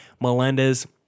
Melendez